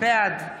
בעד